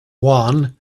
juan